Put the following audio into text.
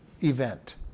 event